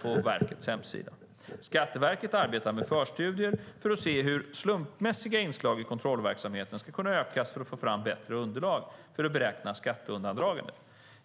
på verkets hemsida. Skatteverket arbetar med förstudier för att se hur det slumpmässiga inslaget i kontrollverksamheten ska kunna ökas för att få fram bättre underlag för att beräkna skatteundandragandet.